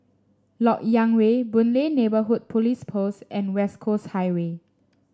LoK Yang Way Boon Lay Neighbourhood Police Post and West Coast Highway